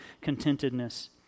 contentedness